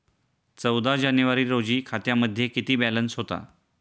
चौदा जानेवारी रोजी खात्यामध्ये किती बॅलन्स होता?